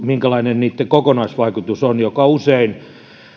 minkälainen on niitten kokonaisvaikutus joka usein